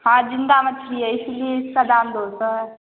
हाँ जिंदा मछली है इसीलिए इसका दाम दो सौ है